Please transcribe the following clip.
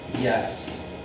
Yes